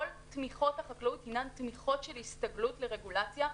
כל תמיכות החקלאות הנן תמיכות של הסתגלות לרגולציה.